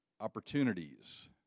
opportunities